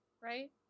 right